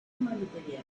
materiales